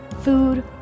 Food